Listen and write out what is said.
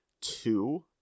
two